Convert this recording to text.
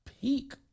peak